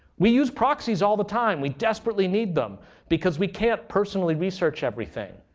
we use proxies all the time. we desperately need them because we can't personally research everything.